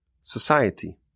society